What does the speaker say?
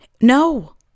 no